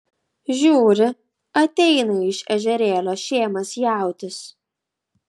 žiūri ateina iš ežerėlio šėmas jautis